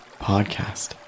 Podcast